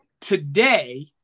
today